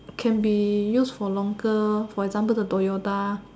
can be use for longer for example the Toyota